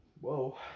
Whoa